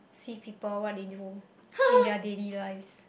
see people what they do in their daily lifes